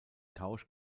tausch